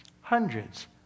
hundreds